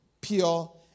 pure